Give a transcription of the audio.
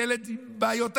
ילד עם בעיות אחרות,